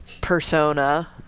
persona